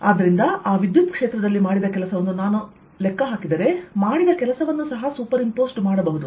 ಆದ್ದರಿಂದ ಆ ವಿದ್ಯುತ್ಕ್ಷೇತ್ರದಲ್ಲಿ ಮಾಡಿದ ಕೆಲಸವನ್ನು ನಾನು ಲೆಕ್ಕಹಾಕಿದರೆ ಮಾಡಿದ ಕೆಲಸವನ್ನು ಸಹ ಸೂಪರ್ ಇಂಪೋಸ್ಡ್ ಮಾಡಬಹುದು